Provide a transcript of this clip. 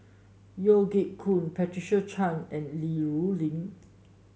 Yeo Siak Goon Patricia Chan and Li Rulin